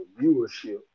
viewership